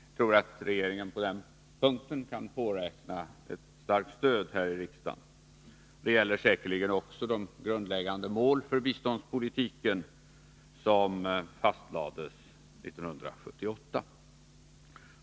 Jag tror att regeringen på den punkten kan påräkna ett starkt stöd här i riksdagen. Det gäller säkerligen också de grundläggande mål för biståndspolitiken som fastlades 1978.